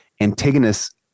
Antigonus